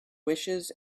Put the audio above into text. wishes